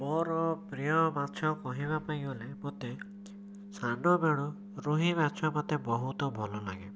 ମୋର ପ୍ରିୟ ମାଛ କହିବା ପାଇଁ ଗଲେ ମୋତେ ସାନ ବେଳୁ ରୋହି ମାଛ ମୋତେ ବହୁତ ଭଲ ଲାଗେ